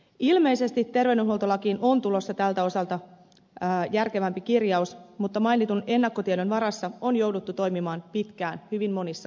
ilmeisesti terveydenhuoltolakiin on tulossa näiltä osin järkevämpi kirjaus mutta mainitun ennakkotiedon varassa on jouduttu toimimaan pitkään hyvin monissa kunnissa